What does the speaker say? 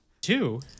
Two